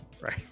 Right